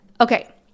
Okay